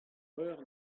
breur